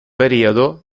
periodo